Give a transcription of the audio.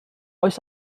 oes